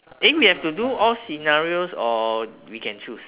eh we have to do all scenarios or we can choose